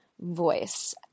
voice